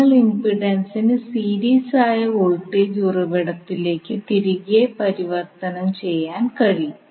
നിങ്ങൾക്ക് ഇംപിഡൻസിന് സീരീസ് ആയ വോൾട്ടേജ് ഉറവിടത്തിലേക്ക് തിരികെ പരിവർത്തനം ചെയ്യാൻ കഴിയും